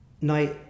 Now